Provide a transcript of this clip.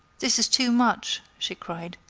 this is too much! she cried.